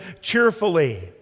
cheerfully